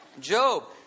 Job